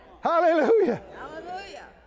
Hallelujah